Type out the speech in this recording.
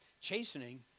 Chastening